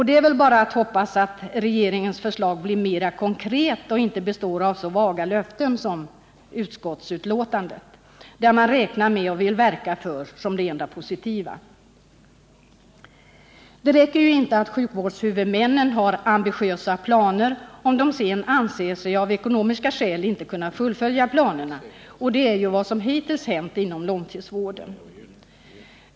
Det är väl bara att hoppas att regeringens förslag blir mer konkret och inte består av så vaga löften som de i utskottsbetänkandet, där ”räknar med” och ”vill verka för” är det enda positiva. Det räcker ju inte att sjukvårdshuvudmännen har ambitiösa planer, om de sedan av ekonomiska skäl anser sig inte kunna fullfölja planerna. Och det är ju vad som hittills hänt inom långtidsvården.